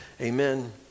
Amen